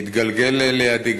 היום גם התגלגל לידי,